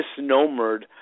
misnomered